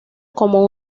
como